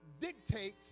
dictate